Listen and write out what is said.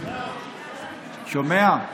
שומע?